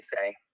say